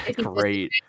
Great